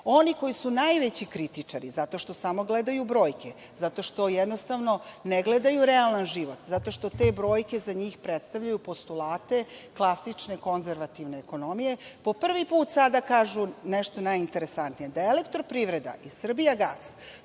Oni koji su najveći kritičari, zato što samo gledaju brojke, zato što jednostavno ne gledaju realan život, zato što te brojke za njih predstavljaju poslute klasične konzervativne ekonomije po prvi put sada kažu nešto najinteresantnije, da je Elektroprivreda i Srbijagas,